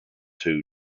two